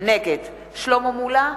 נגד שלמה מולה,